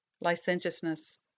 licentiousness